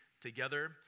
together